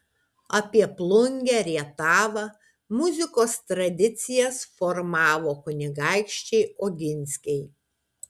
apie plungę rietavą muzikos tradicijas formavo kunigaikščiai oginskiai